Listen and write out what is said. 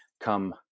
come